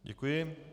Děkuji.